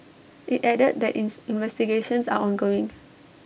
IT added that ins investigations are ongoing